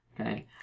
Okay